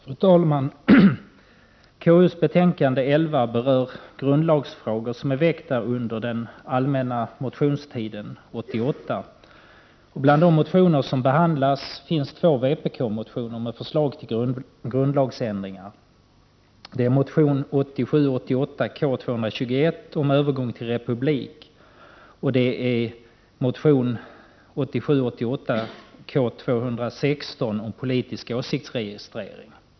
Fru talman! KU:s betänkande 11 berör grundlagsfrågor som tagits upp i motioner väckta under den allmänna motionstiden 1988. Bland de motioner som behandlas finns två vpk-motioner med förslag till grundlagsändringar. Det är motionerna K221 om övergång till republik och K216 om politisk åsiktsregistrering.